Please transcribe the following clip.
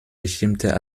bestimmter